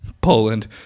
Poland